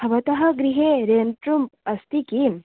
भवतः गृहे rent room अस्ति किम्